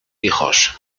hijos